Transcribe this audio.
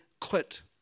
quit